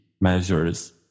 measures